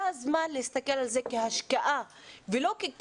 זה הזמן להסתכל על זה כעל כהשקעה ולא כעל